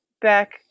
back